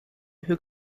who